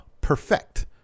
perfect